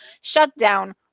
shutdown